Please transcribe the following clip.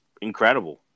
incredible